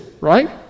right